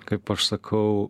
kaip aš sakau